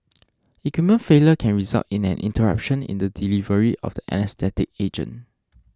equipment failure can result in an interruption in the delivery of the anaesthetic agent